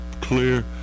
clear